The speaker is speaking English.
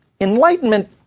enlightenment